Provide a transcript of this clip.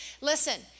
listen